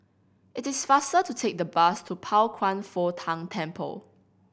it is faster to take the bus to Pao Kwan Foh Tang Temple